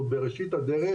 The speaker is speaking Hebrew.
אנחנו בראשית הדרך,